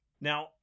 now